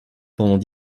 pendant